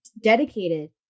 dedicated